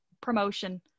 promotion